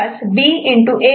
C2 B